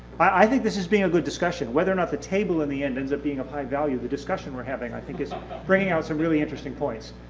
i think this has been a good discussion, whether or not the table in the end ends up being of high-value, the discussion we're having i think is bringing out some really interesting points.